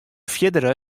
fierdere